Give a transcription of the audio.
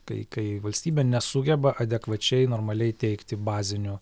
kai kai valstybė nesugeba adekvačiai normaliai teikti bazinių